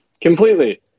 Completely